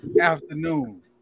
afternoon